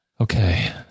Okay